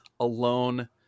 alone